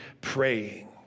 praying